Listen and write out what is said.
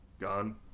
gone